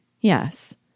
Yes